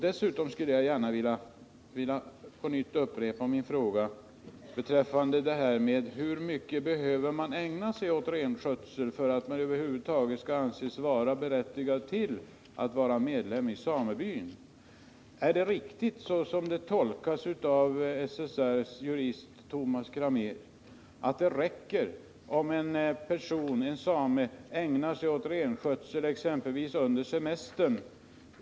Dessutom skulle jag vilja upprepa min tidigare fråga: Hur mycket behöver man ägna sig åt renskötsel för att över huvud taget anses vara berättigad att vara medlem i samebyn? Är det riktigt — såsom det tolkas av SSR:s jurist Tomas Cramér — att det räcker med att en same ägnar sig åt renskötsel exempelvis under semester?